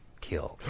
killed